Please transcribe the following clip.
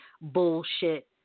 bullshit